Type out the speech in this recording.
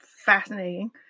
fascinating